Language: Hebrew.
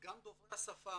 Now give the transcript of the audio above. גם דוברי השפה